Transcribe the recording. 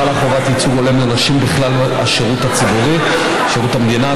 חלה חובת ייצוג הולם לנשים בכלל השירות הציבורי: שירות המדינה,